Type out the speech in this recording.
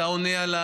אתה עונה?